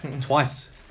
Twice